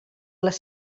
les